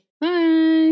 bye